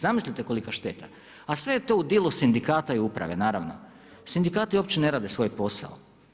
Zamislite kolika šteta, a sve je to u dilu sindikata i uprave naravno. sindikati uopće ne rade svoj posao.